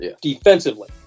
defensively